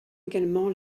également